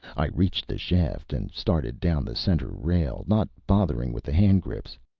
i reached the shaft and started down the center rail, not bothering with the hand-grips.